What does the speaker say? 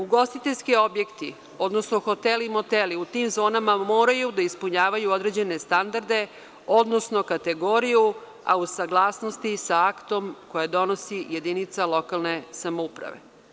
Ugostiteljski objekti, odnosno hoteli i moteli u tim zonama moraju da ispunjavaju određene standarde, odnosno kategoriju, a u saglasnosti sa aktom koje donosi jedinica lokalne samouprave.